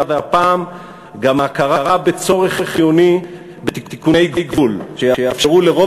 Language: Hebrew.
והפעם גם ההכרה בצורך חיוני בתיקוני גבול שיאפשרו לרוב